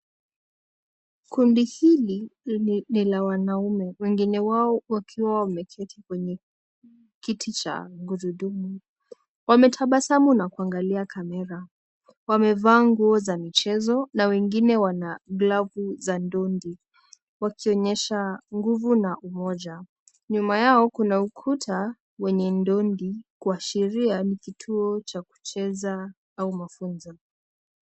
Kundi hili ni la wanaume wengine wao wakiwa wameketi kwenye kiti cha gurudumu, wametabasamu na kuangalia camera, wamevaa nguo za michezo na wengine wana glavu za dondi wakionyesha nguvu na umoja nyuma yao, kuna ukuta wenye dondi kuashiria ni kutuo cha kucheza au mafunzo.